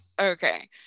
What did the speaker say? okay